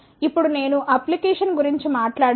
ఇప్పుడు నేను అప్లికేషన్స్ గురించి మాట్లాడితే